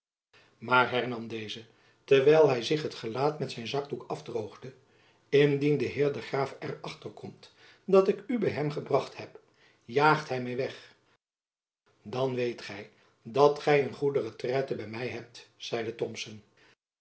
maar hernam deze terwijl hy zich het gelaat met zijn zakdoek afdroogde indien de heer graaf er achter komt dat ik u by hem gebracht heb jaagt hy my weg dan weet gy dat gy een goede retraite by my hebt zeide thomson